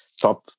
top